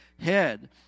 head